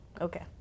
okay